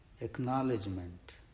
acknowledgement